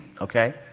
okay